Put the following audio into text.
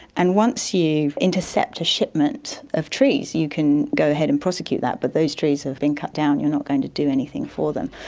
and once you intercept a shipment of trees you can go ahead and prosecute that, but those trees have been cut down, you're not going to do anything for them.